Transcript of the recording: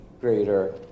greater